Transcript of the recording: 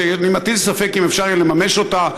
שאני מטיל ספק אם יהיה אפשר לממש אותם,